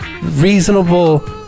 reasonable